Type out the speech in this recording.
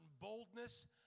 boldness